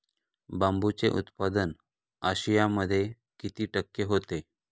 बांबूचे उत्पादन आशियामध्ये किती टक्के होते?